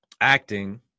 acting